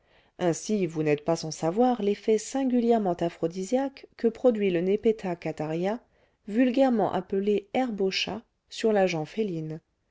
ainsi vous n'êtes pas sans savoir l'effet singulièrement aphrodisiaque que produit le nepeta cataria vulgairement appelé herbe au chat sur la gent féline